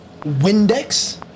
Windex